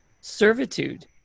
servitude